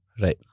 right